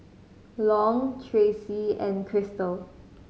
Long Tracy and Chrystal